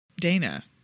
Dana